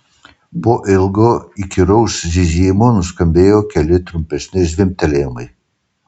po ilgo įkyraus zyzimo nuskambėjo keli trumpesni zvimbtelėjimai